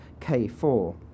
K4